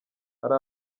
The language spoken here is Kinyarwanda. hari